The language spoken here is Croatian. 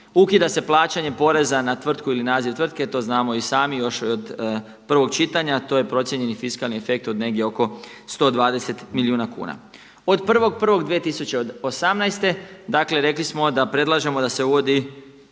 Ukida se plaćanje poreza na tvrtku ili naziv tvrtke. To znamo i sami još od prvog čitanja, a to je procijenjeni fiskalni efekt od negdje oko 120 milijuna kuna. Od 1.1.2018. dakle rekli smo da predlažemo da se uvodi